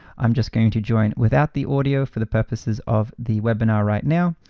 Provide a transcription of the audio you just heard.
i'm just going to join without the audio for the purposes of the webinar right now.